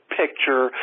picture